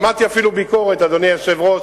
שמעתי אפילו ביקורת, אדוני היושב-ראש,